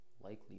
likely